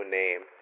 name